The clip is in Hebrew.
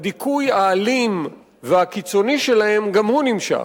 הדיכוי האלים והקיצוני שלהם, גם הוא נמשך.